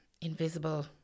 invisible